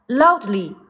loudly